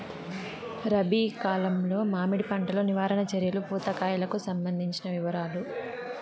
రబి కాలంలో మామిడి పంట లో నివారణ చర్యలు పూత కాయలకు సంబంధించిన వివరాలు?